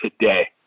today